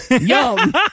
Yum